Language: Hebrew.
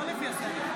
לא לפי הסדר.